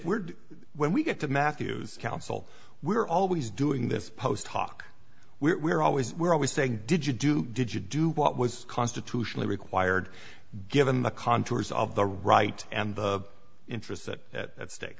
weird when we get to matthew's council we're always doing this post hoc we're always we're always saying did you do did you do what was constitutionally required given the contours of the right and the interest that at stake